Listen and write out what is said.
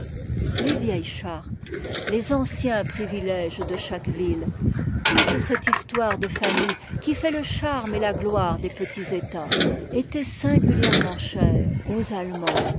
les vieihes chartes les anciens priviléges de chaque ville toute cette histoire de famille qui fait le charme et la gloire des petits états était singulièrement chère aux allemands